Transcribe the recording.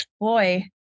boy